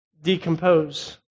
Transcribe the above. decompose